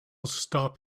stop